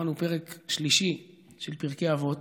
קראנו פרק שלישי של פרקי אבות,